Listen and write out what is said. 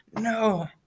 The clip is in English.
no